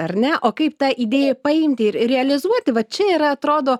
ar ne o kaip tą idėją paimti ir realizuoti va čia yra atrodo